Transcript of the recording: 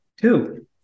Two